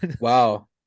Wow